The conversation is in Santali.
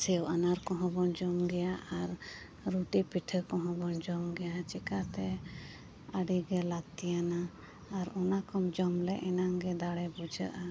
ᱥᱮᱣ ᱟᱱᱟᱨ ᱠᱚ ᱦᱚᱸᱵᱚᱱ ᱡᱚᱢ ᱜᱮᱭᱟ ᱟᱨ ᱨᱩᱴᱤ ᱯᱤᱴᱷᱟᱹ ᱠᱚᱦᱚᱸᱵᱚᱱ ᱡᱚᱢ ᱜᱮᱭᱟ ᱪᱮᱠᱟᱛᱮ ᱟᱰᱤᱜᱮ ᱞᱟᱹᱠᱛᱤᱭᱟᱱᱟ ᱚᱱᱟᱠᱚᱢ ᱡᱚᱢ ᱞᱮ ᱮᱱᱟᱝ ᱜᱮ ᱫᱟᱲᱮ ᱵᱩᱡᱷᱟᱹᱜᱼᱟ